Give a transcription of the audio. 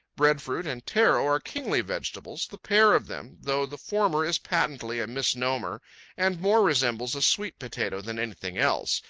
breadfruit and taro are kingly vegetables, the pair of them, though the former is patently a misnomer and more resembles a sweet potato than anything else,